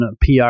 PR